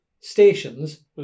stations